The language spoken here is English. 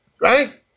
right